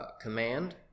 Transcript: command